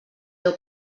deu